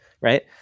right